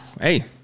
hey